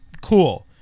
Cool